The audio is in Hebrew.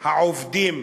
העובדים.